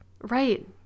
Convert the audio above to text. Right